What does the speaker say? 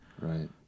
Right